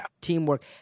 teamwork